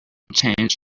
changed